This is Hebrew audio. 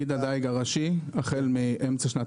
אני פקיד הדיג הראשי החל מאמצע שנת